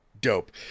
Dope